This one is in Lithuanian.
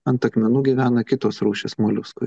ant akmenų gyvena kitos rūšys moliuskų